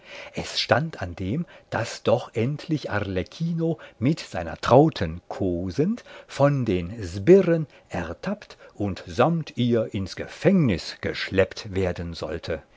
es stand an dem daß doch endlich arlecchino mit seiner trauten kosend von den sbirren ertappt und samt ihr ins gefängnis geschleppt werden sollte